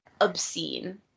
obscene